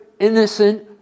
innocent